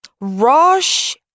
Rosh